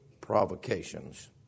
provocations